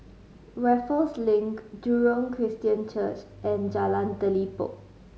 Raffles Link Jurong Christian Church and Jalan Telipok